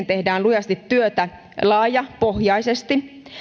tehdään lujasti työtä laajapohjaisesti